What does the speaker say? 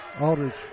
Aldridge